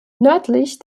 nördlich